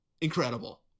incredible